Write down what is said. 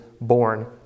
born